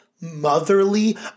motherly